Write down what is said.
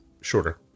shorter